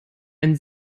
ein